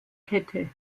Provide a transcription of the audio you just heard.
kette